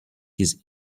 his